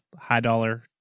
high-dollar